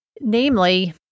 Namely